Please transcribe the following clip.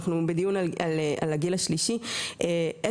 אנחנו בדיון על הגיל השלישי אז לראות